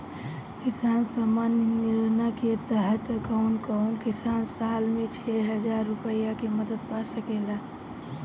किसान सम्मान निधि योजना के तहत कउन कउन किसान साल में छह हजार रूपया के मदद पा सकेला?